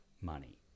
money